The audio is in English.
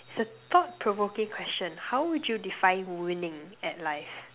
is a thought provoking question how would you define winning at life